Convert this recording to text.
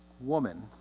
woman